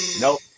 Nope